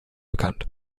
bekannt